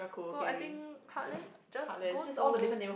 so I think heartlands just go to